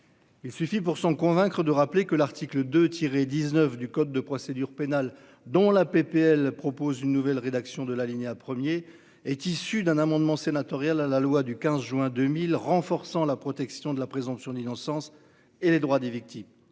Il suffit pour s'en convaincre de rappeler que l'article de tirer 19 du code de procédure pénale dont la PPL propose une nouvelle rédaction de l'alinéa 1er est issu d'un amendement sénatorial à la loi du 15 juin 2000 renforçant la protection de la présomption d'innocence et les droits des victimes,